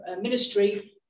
ministry